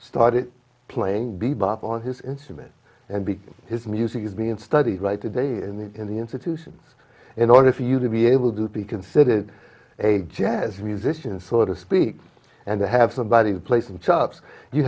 started playing bebop on his instrument and big his music has been studied right today in the in the institutions in order for you to be able to be considered a jazz musician so to speak and to have somebody play some chops you